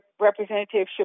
Representative